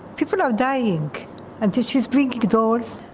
people are dying and so she's bringing dolls!